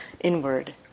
inward